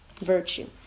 virtue